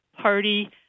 party